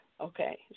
okay